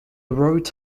wrote